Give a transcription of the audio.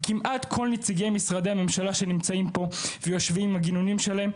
כמעט כל נציגי משרדי הממשלה שנמצאים פה ויושבים עם הגינונים שלהם,